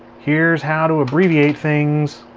here's how to abbreviate things.